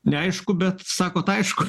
neaišku bet sakot aišku